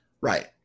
Right